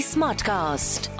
Smartcast